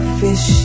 fish